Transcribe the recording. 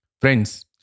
Friends